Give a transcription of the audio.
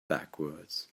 backwards